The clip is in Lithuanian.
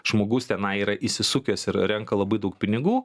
žmogus tenai yra įsisukęs ir renka labai daug pinigų